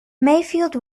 mayfield